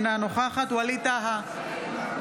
אינה נוכחת ווליד טאהא,